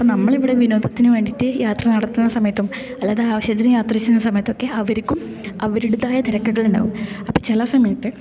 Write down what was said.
അപ്പം നമ്മളിവിടെ വിനോദത്തിന് വേണ്ടിയിട്ട് യാത്ര നടത്തുന്ന സമയത്തും അല്ലാതെ ആവശ്യത്തിന് യാത്ര ചെയ്യുന്ന സമയത്തൊക്കെ അവർക്കും അവരുടേതായ തിരക്കുകളുണ്ടാകും അപ്പം ചില സമയത്ത്